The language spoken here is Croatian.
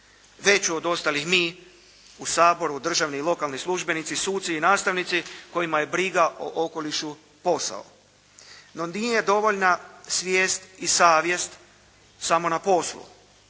Veću od ostalih mi u Saboru, državni i lokalni službenici, suci i nastavnici kojima je briga o okolišu posao. No nije dovoljna svijest i savjest samo na poslu,